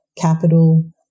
capital